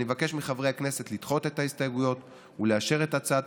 אני מבקש מחברי הכנסת לדחות את ההסתייגויות ולאשר את הצעת